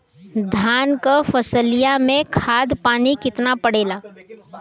धान क फसलिया मे खाद पानी कितना पड़े ला?